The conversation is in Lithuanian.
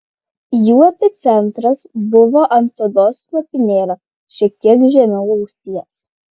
jų epicentras buvo ant odos lopinėlio šiek tiek žemiau ausies